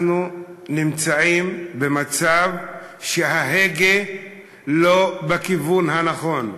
אנחנו נמצאים במצב שההגה לא בכיוון הנכון.